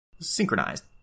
synchronized